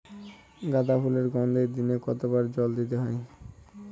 গাদা ফুলের গাছে দিনে কতবার জল দিতে হবে?